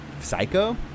Psycho